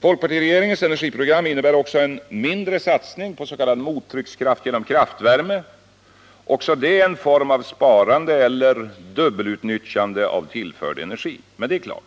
Folkpartiregeringens energiprogram innebär också en mindre satsning på s.k. mottryckskraft genom kraftvärme — också det en form av sparande eller dubbelutnyttjande av tillförd energi. Men det är klart